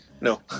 No